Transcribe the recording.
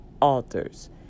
authors